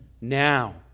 now